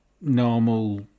normal